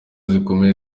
zikomeye